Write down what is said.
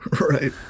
Right